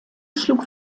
schlug